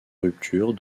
ruptures